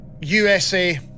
USA